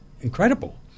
incredible